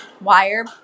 wire